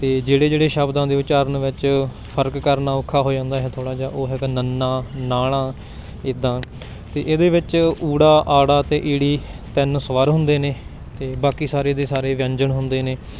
ਅਤੇ ਜਿਹੜੇ ਜਿਹੜੇ ਸ਼ਬਦਾਂ ਦੇ ਉਚਾਰਨ ਵਿੱਚ ਫਰਕ ਕਰਨਾ ਔਖਾ ਹੋ ਜਾਂਦਾ ਹੈ ਥੋੜ੍ਹਾ ਜਿਹਾ ਉਹ ਹੈਗਾ ਨ ਣ ਇੱਦਾਂ ਅਤੇ ਇਹਦੇ ਵਿੱਚ ੳ ਅ ਅਤੇ ੲ ਤਿੰਨ ਸਵਰ ਹੁੰਦੇ ਨੇ ਅਤੇ ਬਾਕੀ ਸਾਰੇ ਦੇ ਸਾਰੇ ਵਿਅੰਜਨ ਹੁੰਦੇ ਨੇ